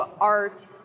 art